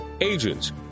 agents